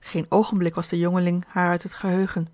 geen oogenblik was de jongeling haar uit het geheugen